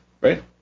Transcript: right